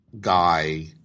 guy